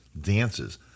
dances